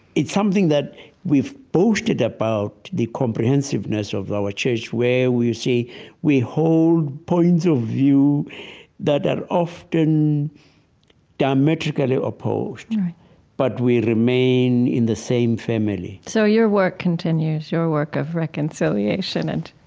it's something we've boasted about, the comprehensiveness of our church, where we see we hold points of view that that are often diametrically opposed right but we remain in the same family so your work continues, your work of reconciliation and